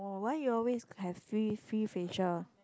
oh why you always have free free facial